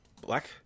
Black